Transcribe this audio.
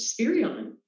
Spirion